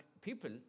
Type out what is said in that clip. people